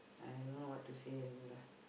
I don't know what to say already lah